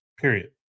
Period